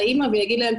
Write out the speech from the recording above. לאימא ויגיד להם,